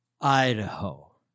Idaho